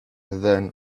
then